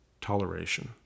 toleration